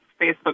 Facebook